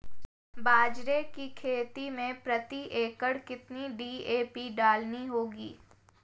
बाजरे की खेती में प्रति एकड़ कितनी डी.ए.पी डालनी होगी?